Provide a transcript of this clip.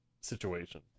situation